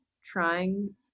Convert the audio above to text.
trying